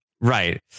Right